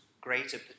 greater